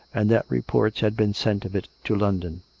and that reports had been sent of it to london.